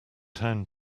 town